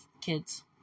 kids